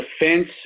defense